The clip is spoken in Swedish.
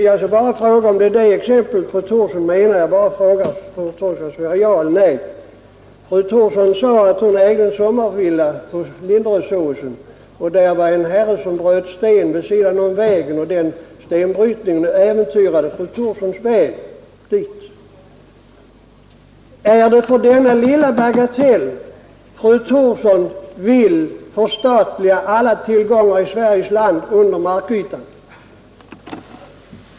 Är det följande exempel fru Thorsson menar? Fru Thorsson sade att hon äger en sommarvilla på Linderödsåsen och att tillfarten till fastigheten äventyras av ett stenbrott vid sidan av vägen. Är det på grundval av denna lilla bagatell fru Thorsson vill förstatliga alla tillgångar i Sveriges land under markytan?